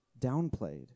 downplayed